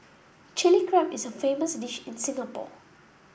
Chilli Crab is a famous dish in Singapore